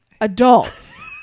adults